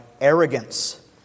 arrogance